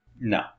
No